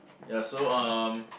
ya so um